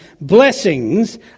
blessings